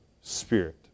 Spirit